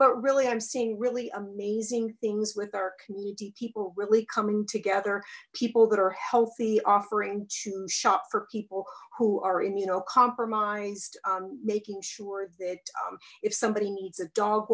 but really i'm seeing really amazing things with our community people really coming together people that are healthy offering to shop for people who are immunocompromised making sure that if somebody needs a dog